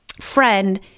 friend